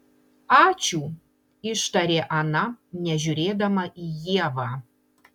ačiū ištarė ana nežiūrėdama į ievą